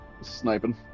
sniping